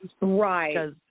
Right